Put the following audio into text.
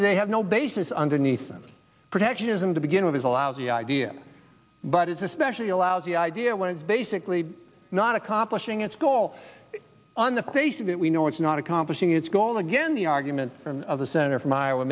they have no basis underneath them protectionism to begin with is a lousy idea but it's especially a lousy idea when it's basically not accomplishing its goal on the face of it we know it's not accomplishing its goal again the argument of the senator from iowa